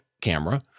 camera